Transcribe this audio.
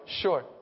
Sure